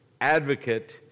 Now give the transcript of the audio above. advocate